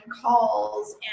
calls